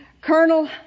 Colonel